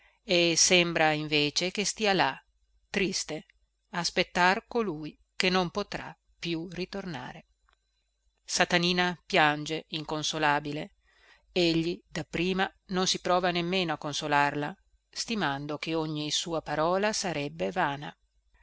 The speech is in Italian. e sembra invece che stia là triste a aspettar colui che non potrà più ritornare satanina piange inconsolabile egli dapprima non si prova nemmeno a consolarla stimando che ogni sua parola sarebbe vana